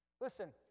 Listen